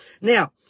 Now